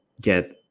get